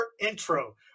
intro